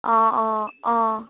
অঁ অঁ অঁ